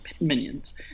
minions